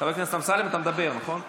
חבר הכנסת אמסלם, אתה מדבר, נכון?